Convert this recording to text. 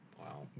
Wow